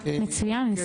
אנחנו